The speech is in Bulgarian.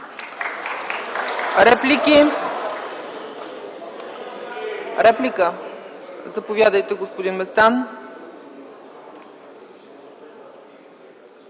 Реплики? Реплика – заповядайте, господин Местан.